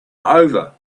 over